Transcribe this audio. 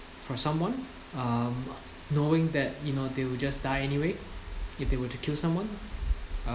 for someone um knowing that you know they'll just die anyway if they were to kill someone